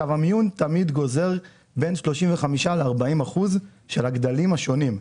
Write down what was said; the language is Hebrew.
המיון תמיד גוזר בין 35% ל-40% של הגדלים השונים.